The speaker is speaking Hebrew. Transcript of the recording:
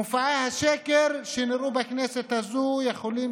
מופעי השקר שנראו בכנסת הזאת יכולים